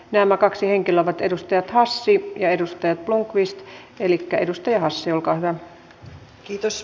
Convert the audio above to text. nämä kaksi henkilöä ovat edustaja hassi ja edustaja blomqvist